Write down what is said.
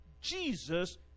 Jesus